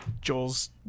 Joel's